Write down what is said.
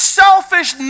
selfish